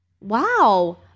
Wow